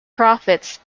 profits